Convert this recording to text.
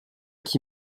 qui